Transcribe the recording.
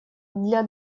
для